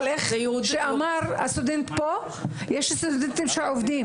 אבל איך אמר הסטודנט פה - יש סטודנטים שעובדים